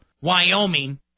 Wyoming